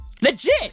Legit